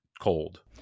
cold